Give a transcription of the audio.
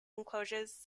enclosures